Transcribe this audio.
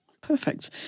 Perfect